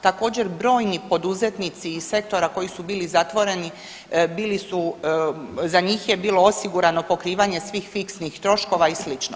Također, brojni poduzetnici iz sektora koji su bili zatvoreni bili su, za njih je bilo osigurano pokrivanje svih fiksnih troškova i sl.